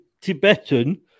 Tibetan